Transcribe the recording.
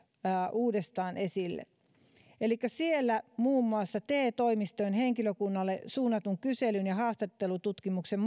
uudestaan esille elikkä siellä muun muassa te toimistojen henkilökunnalle suunnatun kyselyn ja haastattelututkimuksen